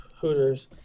hooters